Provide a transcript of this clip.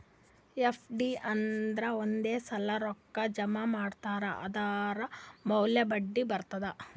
FD ಅಂದುರ್ ಒಂದೇ ಸಲಾ ರೊಕ್ಕಾ ಜಮಾ ಇಡ್ತಾರ್ ಅದುರ್ ಮ್ಯಾಲ ಬಡ್ಡಿ ಬರ್ತುದ್